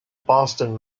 boston